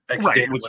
Right